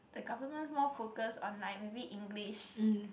the Government more focused on like maybe English